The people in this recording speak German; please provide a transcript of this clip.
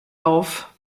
auf